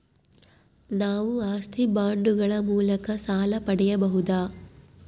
ನಾವು ಆಸ್ತಿ ಬಾಂಡುಗಳ ಮೂಲಕ ಸಾಲ ಪಡೆಯಬಹುದಾ?